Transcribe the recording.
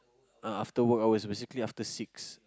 uh after work hours basically after six